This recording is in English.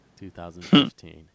2015